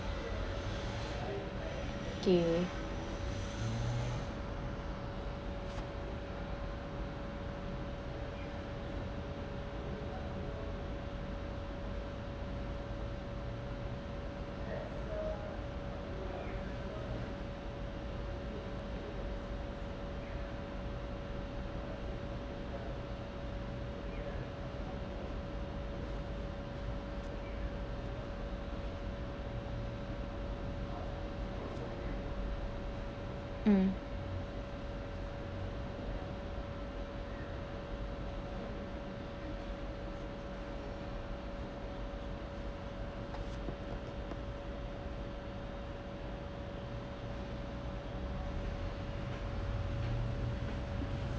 okay um